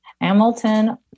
Hamilton